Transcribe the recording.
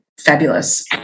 fabulous